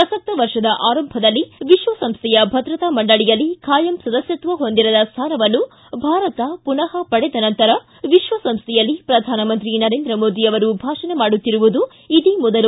ಪ್ರಸಕ್ತ ವರ್ಷದ ಆರಂಭದಲ್ಲಿ ವಿಶ್ವಸಂಸ್ಥೆಯ ಭದ್ರತಾ ಮಂಡಳಿಯಲ್ಲಿ ಖಾಯಂ ಸದಸ್ಕತ್ವ ಹೊಂದಿರದ ಸ್ಥಾನವನ್ನು ಭಾರತ ಮನಃ ಪಡೆದ ನಂತರ ವಿಶ್ವಸಂಸ್ಥೆಯಲ್ಲಿ ಪ್ರಧಾನಮಂತ್ರಿ ನರೇಂದ್ರ ಮೋದಿ ಅವರು ಭಾಷಣ ಮಾಡುತ್ತಿರುವುದು ಇದೇ ಮೊದಲು